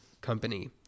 company